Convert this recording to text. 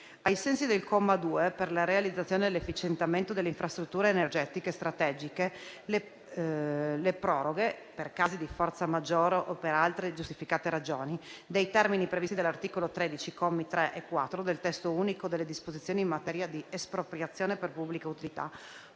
Ai sensi del comma 2, per la realizzazione e l'efficientamento delle infrastrutture energetiche strategiche, le proroghe, per casi di forza maggiore o per altre giustificate ragioni, dei termini previsti dall'articolo 13, commi 3 e 4, del testo unico delle disposizioni in materia di espropriazione per pubblica utilità,